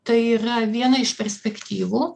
tai yra viena iš perspektyvų